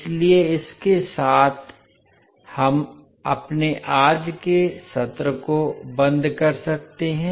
इसलिए इसके साथ हम अपने आज के सत्र को बंद कर सकते हैं